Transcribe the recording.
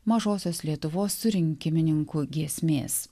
mažosios lietuvos surinkimininkų giesmės